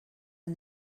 and